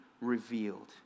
revealed